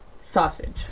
sausage